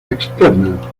externa